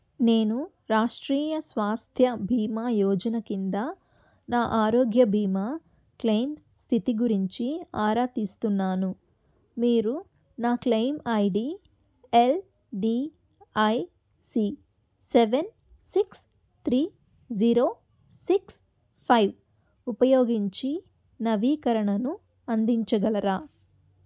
నేను రాష్ట్రీయ స్వాస్థ్య బీమా యోజన కింద నా ఆరోగ్య బీమా క్లెయిమ్ స్థితి గురించి ఆరా తీస్తున్నాను మీరు నా claim I D L D I C seven six three zero six five ఉపయోగించి నవీకరణను అందించగలరా